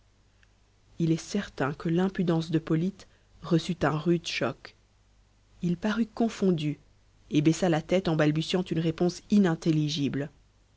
il est certain que l'impudence de polyte reçut un rude choc il parut confondu et baissa la tête en balbutiant une réponse inintelligible